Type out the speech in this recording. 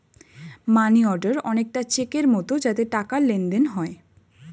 মানি order অনেকটা চেকের মতো যাতে টাকার লেনদেন হয়